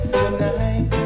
tonight